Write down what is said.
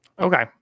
Okay